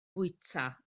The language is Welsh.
bwyta